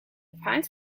finds